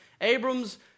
Abram's